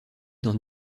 dans